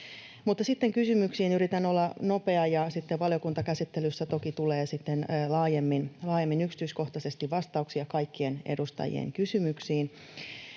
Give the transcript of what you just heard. kysymyksiin. Yritän olla nopea, ja sitten valiokuntakäsittelyssä toki tulee laajemmin, yksityiskohtaisesti vastauksia kaikkien edustajien kysymyksiin.